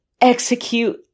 execute